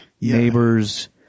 neighbors